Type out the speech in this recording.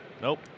Nope